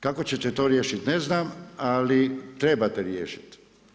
Kako ćete to riješiti ne znam, ali trebate riješiti.